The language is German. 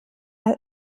mal